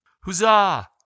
Huzzah